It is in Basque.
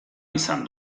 izan